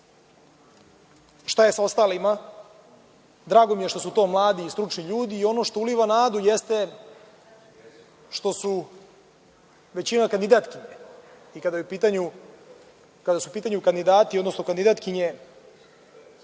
Šta je sa ostalima? Drago mi je što su to mladi i stručni ljudi. Ono što uliva nadu jeste što je većina kandidatkinja, kada su u pitanju kandidati, odnosno kandidatkinje